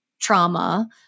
trauma